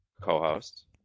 co-host